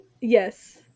yes